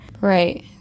Right